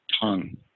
tongue